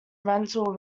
rental